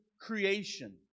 creation